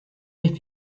mes